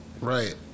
Right